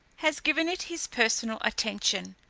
has given it his personal attention.